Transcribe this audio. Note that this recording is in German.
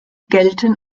gelten